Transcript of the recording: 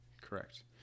correct